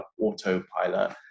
autopilot